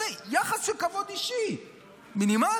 יחס של כבוד אישי מינימלי.